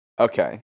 Okay